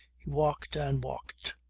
he walked and walked.